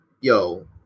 yo